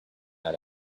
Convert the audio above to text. not